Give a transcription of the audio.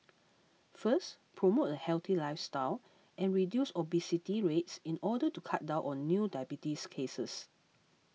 first promote a healthy lifestyle and reduce obesity rates in order to cut down on new diabetes cases